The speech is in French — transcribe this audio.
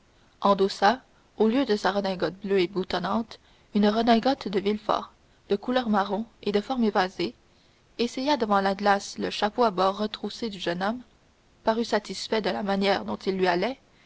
ouverte endossa au lieu de sa redingote bleue et boutonnante une redingote de villefort de couleur marron et de forme évasée essaya devant la glace le chapeau à bords retroussés du jeune homme parut satisfait de la manière dont il lui allait